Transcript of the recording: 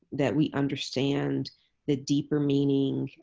that we understand the deeper meaning.